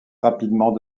rapidement